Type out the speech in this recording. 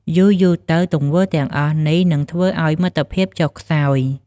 យូរៗទៅ ទង្វើទាំងអស់នេះនឹងធ្វើឱ្យមិត្តភាពចុះខ្សោយ។